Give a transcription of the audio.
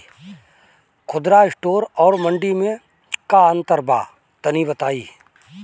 खुदरा स्टोर और मंडी में का अंतर बा तनी बताई?